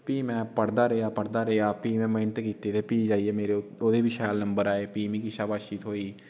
फ्ही में पढ़दा रेहा पढ़दा रेहा फ्ही में मेह्नत कीती ते फ्ही जाइयै मेरे ओह्दे बी शैल नम्बर आए फ्ही मिगी शाबाशी थ्होई